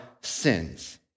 sins